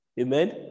amen